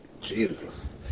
Jesus